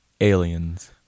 Aliens